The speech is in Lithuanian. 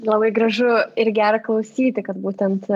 labai gražu ir gera klausyti kad būtent